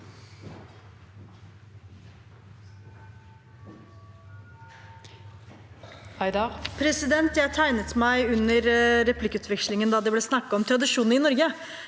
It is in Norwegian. Jeg tegnet meg under replikkvekslingen da det ble snakk om tradisjonen i Norge.